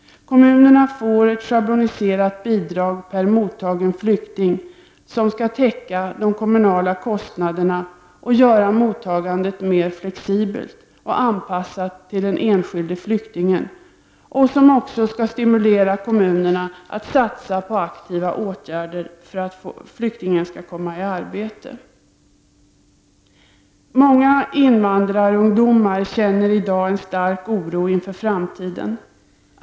Kommunerna får ett schabloniserat bidrag per mottagen flykting som skall täcka de kommunala kostnaderna och göra mottagandet mer flexibelt och anpassat till den enskilde flyktingen och också stimulera kommunerna att satsa på aktiva åtgärder för att flyktingen skall komma i arbete. Många invandrarungdomar känner i dag en stark oro inför framtiden.